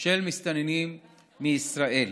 של מסתננים מישראל,